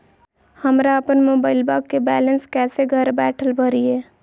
हमरा अपन मोबाइलबा के बैलेंस कैसे घर बैठल भरिए?